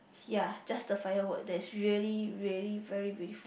ya just the firework that's really really very beautiful